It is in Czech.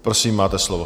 Prosím, máte slovo.